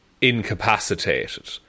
incapacitated